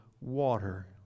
water